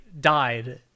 died